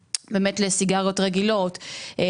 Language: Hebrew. לסיגריות רגילות כתוצאה מאישור המס,